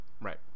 Right